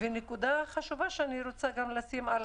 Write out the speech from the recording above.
ונקודה חשובה שאני רוצה להעלות: